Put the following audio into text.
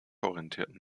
orientierten